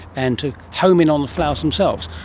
and to home in on the flowers themselves.